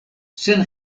sen